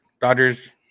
Dodgers